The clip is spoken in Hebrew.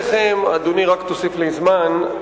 אדוני, רק תוסיף לי זמן.